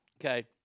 okay